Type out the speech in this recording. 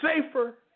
safer